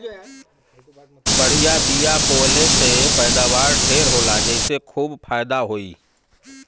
बढ़िया बिया बोवले से पैदावार ढेर होला जेसे खूब फायदा होई